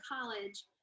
college